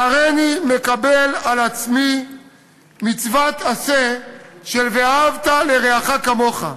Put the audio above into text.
"הריני מקבל על עצמי מצוות עשה של 'ואהבת לרעך כמוך'",